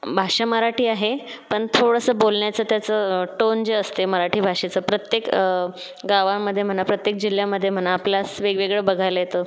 भाषा मराठी आहे पण थोडंसं बोलण्याचं त्याचं टोन जे असते मराठी भाषेचं प्रत्येक गावामध्ये म्हणा प्रत्येक जिल्हामध्ये म्हणा आपल्यास वेगवेगळं बघायला येतं